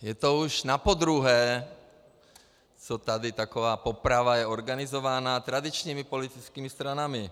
Je to už napodruhé, co tady taková poprava je organizována tradičními politickými stranami.